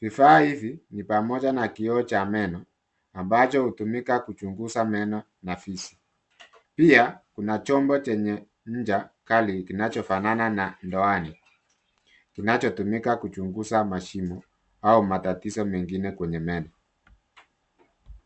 Vifaa hizi ni pamoja na kioo cha meno, ambacho hutumika kuchunguza meno na fizi. Pia kuna chombo chenye ncha kali kinachofanana na ndoana kinachotumika kuchunguza mashimo au matatizo mengine kwenye meno.